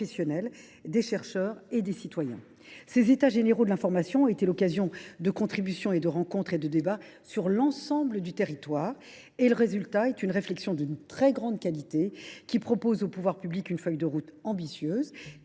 des chercheurs et des citoyens. Ces États généraux de l’information ont été l’occasion de contributions, de rencontres et de débats sur l’ensemble du territoire. Le résultat est une réflexion d’une très grande qualité. Il permet au pouvoir public de disposer d’une feuille de route ambitieuse,